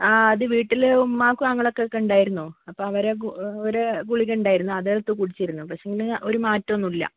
ആ അത് വീട്ടില് ഉമ്മാക്കും ആങ്ങളക്കും ഒക്കെ ഉണ്ടായിരുന്നു അപ്പോൾ അവര് അവരെ ഗുളിക ഉണ്ടായിരുന്നു അതെടുത്തു കുടിച്ചിരുന്നു പക്ഷേങ്കില് ഒരു മാറ്റമൊന്നും ഇല്ല